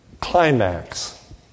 climax